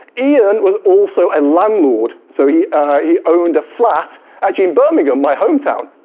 ian was also a landlord. so he he owned a flat actually in birmingham, my home town.